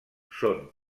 són